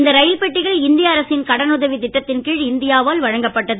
இந்த ரயில் பெட்டிகள் இந்திய அரசின் கடனுதவித் திட்டத்தின் கீழ் இந்தியாவால் வழங்கப்பட்டது